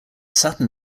saturn